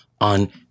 on